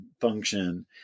function